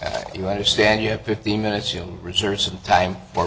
thought you understand you have fifteen minutes you reserve some time for